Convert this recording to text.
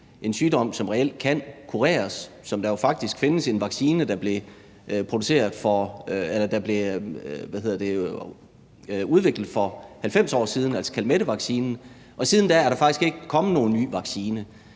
en sygdom, som reelt kan kureres, og som der jo faktisk findes en vaccine mod, der blev udviklet for 90 år siden, altså Calmettevaccinen. Og siden da er der faktisk ikke kommet nogen ny vaccine.